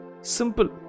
Simple